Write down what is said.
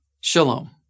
Shalom